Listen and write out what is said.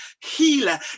healer